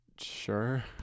Sure